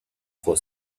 for